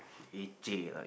leceh like